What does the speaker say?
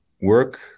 work